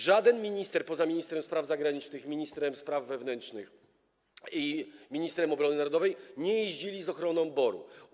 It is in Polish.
Żaden minister poza ministrem spraw zagranicznych i ministrem spraw wewnętrznych, i ministrem obrony narodowej nie jeździł z ochroną BOR-u.